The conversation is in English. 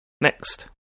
Next